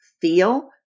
feel